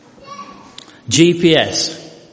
GPS